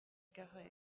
carhaix